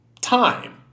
time